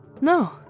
No